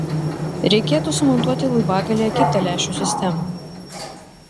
reikėtų sumontuoti laivagalyje kitą lęšių sistemą